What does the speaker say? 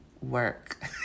work